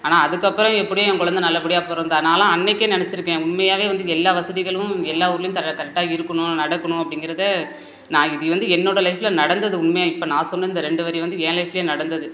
ஆனால் அதுக்கப்புறோம் எப்படியோ என் கொழந்தை நல்லபடியாக பிறந்தனால அன்றைக்கே நெனைச்சிருக்கேன் உண்மையாகவே வந்து இங்கே எல்லா வசதிகளும் எல்லா ஊர்லேயும் தர கரெக்டாக இருக்கணும் நடக்கணும் அப்படிங்கிறத நான் இது வந்து என்னோடய லைஃப்ல நடந்தது உண்மையாகவே இப்போ நான் சொன்ன இந்த ரெண்டு வரி வந்து என் லைஃப்லேயும் நடந்தது